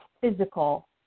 physical